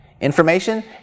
Information